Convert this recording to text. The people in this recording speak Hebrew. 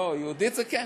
לא, יהודית זה כן.